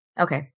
Okay